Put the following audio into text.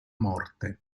morte